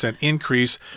increase